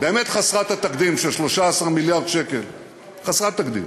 באמת חסרת תקדים של 13 מיליארד שקלף חסרת תקדים,